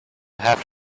have